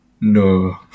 No